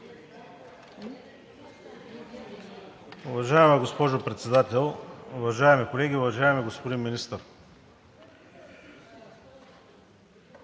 Уважаема госпожо Председател, уважаеми колеги, уважаеми господин Министър!